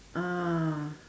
ah